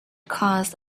caused